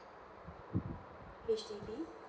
H_D_B